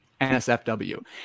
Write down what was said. NSFW